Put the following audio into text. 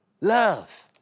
Love